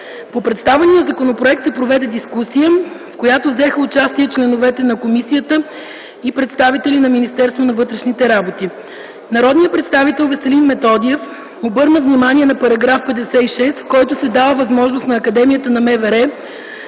По представения законопроект се проведе дискусия, в която взеха участие членове на комисията и представители на МВР. Народният представител Веселин Методиев обърна внимание на § 56, в който се дава възможност на Академията на МВР